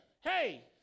hey